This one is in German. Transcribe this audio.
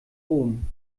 rom